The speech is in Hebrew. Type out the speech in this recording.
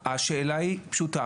השאלה היא פשוטה.